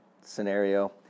scenario